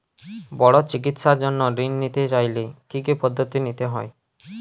বড় চিকিৎসার জন্য ঋণ নিতে চাইলে কী কী পদ্ধতি নিতে হয়?